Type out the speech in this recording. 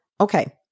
Okay